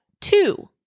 two